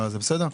בסדר?